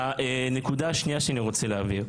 נקודה שנייה שאני רוצה להבהיר.